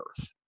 Earth